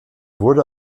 wurde